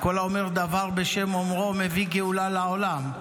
כל האומר דבר בשם אומרו, מביא גאולה לעולם.